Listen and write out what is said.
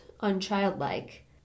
unchildlike